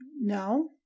No